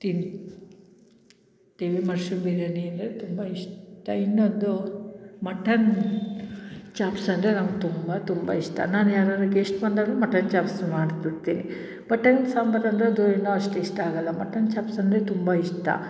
ತಿಂತೀವಿ ಮಶ್ರೂಮ್ ಬಿರಿಯಾನಿ ಅಂದರೆ ತುಂಬ ಇಷ್ಟ ಇನ್ನೊಂದು ಮಟನ್ ಚಾಪ್ಸ್ ಅಂದರೆ ನಂಗೆ ತುಂಬ ತುಂಬ ಇಷ್ಟ ನಾನು ಯಾರಾದ್ರೂ ಗೆಶ್ಟ್ ಬಂದಾಗಲೂ ಮಟನ್ ಚಾಪ್ಸ್ ಮಾಡ್ಬಿಡ್ತೀನಿ ಮಟನ್ ಸಾಂಬಾರು ಅಂದರೆ ಅಷ್ಟು ಇಷ್ಟ ಆಗೋಲ್ಲ ಮಟನ್ ಚಾಪ್ಸ್ ಅಂದರೆ ತುಂಬ ಇಷ್ಟ